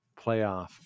playoff